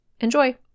Enjoy